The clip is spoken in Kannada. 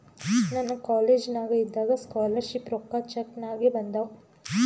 ನನಗ ಕಾಲೇಜ್ನಾಗ್ ಇದ್ದಾಗ ಸ್ಕಾಲರ್ ಶಿಪ್ ರೊಕ್ಕಾ ಚೆಕ್ ನಾಗೆ ಬಂದಾವ್